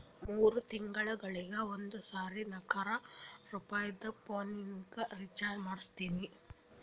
ಮೂರ್ ತಿಂಗಳಿಗ ಒಂದ್ ಸರಿ ನಾಕ್ನೂರ್ ರುಪಾಯಿದು ಪೋನಿಗ ರೀಚಾರ್ಜ್ ಮಾಡ್ತೀನಿ